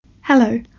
Hello